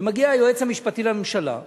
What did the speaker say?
שמגיע היועץ המשפטי לממשלה ואומר,